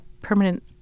permanent